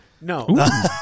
No